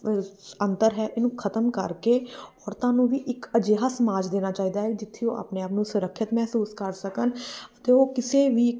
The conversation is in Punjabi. ਅੰਤਰ ਹੈ ਇਹਨੂੰ ਖ਼ਤਮ ਕਰਕੇ ਔਰਤਾਂ ਨੂੰ ਵੀ ਇੱਕ ਅਜਿਹਾ ਸਮਾਜ ਦੇਣਾ ਚਾਹੀਦਾ ਹੈ ਜਿੱਥੇ ਉਹ ਆਪਣੇ ਆਪ ਨੂੰ ਸੁਰੱਖਿਅਤ ਮਹਿਸੂਸ ਕਰ ਸਕਣ ਅਤੇ ਉਹ ਕਿਸੇ ਵੀ